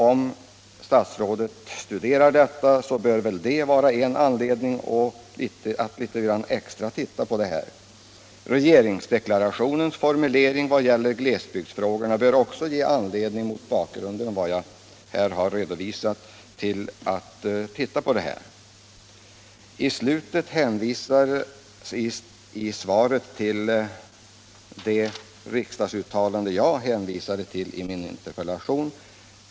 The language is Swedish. Om statsrådet studerar dem, bör det vara en anledning till att litet grand extra titta på denna fråga. Regeringsdeklarationens formulering vad gäller glesbygdsfrågorna bör också, mot bakgrund av vad jag här har redovisat, ge anledning därtill. I slutet av svaret hänvisas till det riksdagsuttalande jag åberopade i min interpellation.